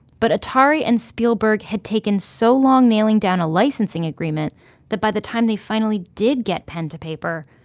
but atari and spielberg had taken so long nailing down a licensing agreement that by the time they finally did get pen to paper,